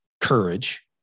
courage